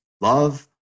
love